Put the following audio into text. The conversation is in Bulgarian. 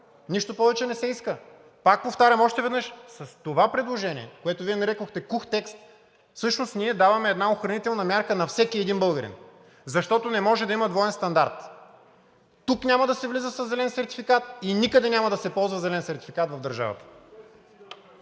Нищо повече не се иска. Пак повтарям още веднъж: с това предложение, което Вие нарекохте „кух текст“, всъщност ние даваме една охранителна мярка на всеки един българин, защото не може да има двоен стандарт. Тук няма да се влиза със зелен сертификат и никъде няма да се ползва зелен сертификат в държавата!